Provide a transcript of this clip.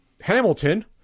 Hamilton